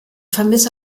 vermisse